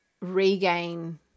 regain